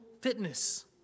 fitness